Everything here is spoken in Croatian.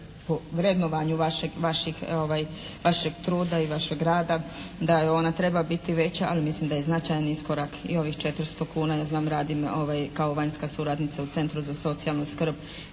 po vrednovanju vašeg truda i vašeg rada da ona treba biti veća ali mislim da je i značajan iskorak i ovih 400 kuna. Ja znam, radim kao vanjska suradnica u Centru za socijalnu skrb